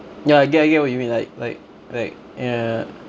ya I get I get what you mean like like like ya